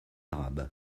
arabes